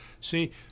See